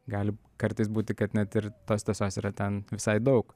gali kartais būti kad net ir tos tiesos yra ten visai daug